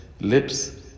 lips